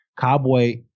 Cowboy